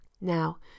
Now